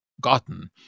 gotten